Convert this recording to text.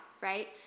right